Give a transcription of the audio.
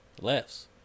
less